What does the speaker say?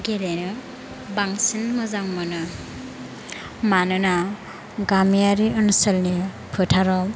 गेलेनो बांसिन मोजां मोनो मानोना गामियारि ओनसोलनि फोथाराव